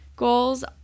Goals